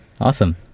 awesome